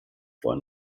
vor